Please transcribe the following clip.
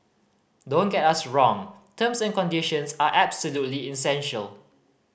don't get us wrong terms and conditions are absolutely essential